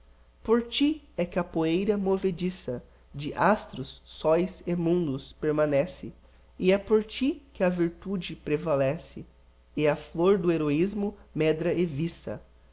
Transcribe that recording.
por ti é que a poeira movediça de astros e soes e mundos permanece e é por ti que a virtude prevalece e a flor do heroismo medra e viça